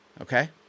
Okay